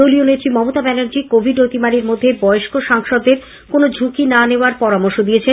দলীয় নেত্রী মমতা ব্যানার্জি কোভিড অতিমারির মধ্যে বয়স্ক সাংসদদের কোনো ঝুঁকি না নেওয়ার পরামর্শ দিয়েছেন